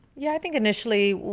yeah, i think initially,